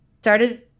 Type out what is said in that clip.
started